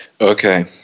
Okay